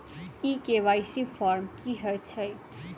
ई KYC form की हएत छै?